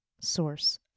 source